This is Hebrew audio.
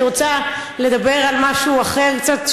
אני רוצה לדבר על משהו אחר קצת,